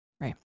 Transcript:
Right